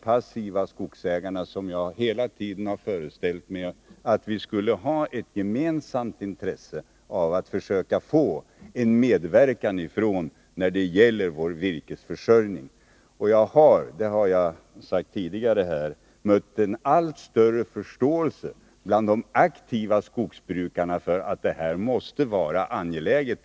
Jag har hela tiden föreställt mig att vi skulle ha ett gemensamt intresse av att försöka få en medverkan från de passiva skogsägarna när det gäller att trygga vår virkesförsörjning. Jag har tidigare här sagt att jag har mött en allt större förståelse bland de aktiva skogsbrukarna för att detta måste vara angeläget.